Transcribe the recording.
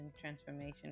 transformation